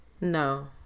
No